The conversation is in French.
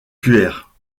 cuers